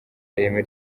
ireme